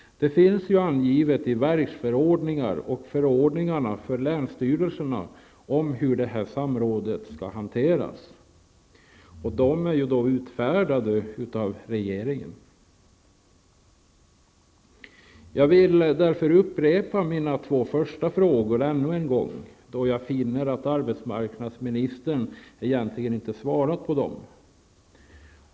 Det finns angivet i verksförordningar och förordningarna för länsstyrelserna hur dessa samråd skall hanteras. Förordningarna är utfärdade av regeringen. Jag vill upprepa mina två första frågor ännu en gång, då jag finner att arbetsmarknadsministern egentligen inte har svarat på dem.